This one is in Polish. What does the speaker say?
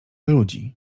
ludzi